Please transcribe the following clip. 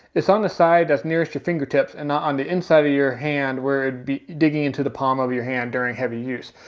it's on the side that's nearest your fingertips and not on the inside of your hand where it'd be digging into the palm of your hand during heavy use.